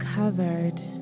Covered